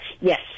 Yes